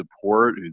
support